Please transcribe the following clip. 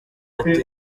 yateye